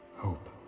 Hope